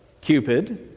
Cupid